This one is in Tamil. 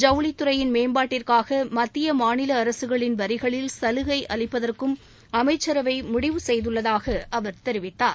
ஜவுளித்துறையின் மேம்பாட்டிற்காக மத்திய மாநில அரசுகளின் வரிகளில் கலுகை அளிப்பதற்கும் அமைச்சரவை முடிவு செய்துள்ளதாக அவர் தெரிவித்தார்